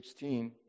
16